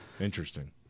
interesting